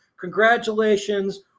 Congratulations